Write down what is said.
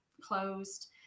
closed